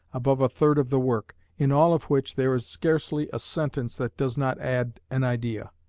above a third of the work, in all of which there is scarcely a sentence that does not add an idea.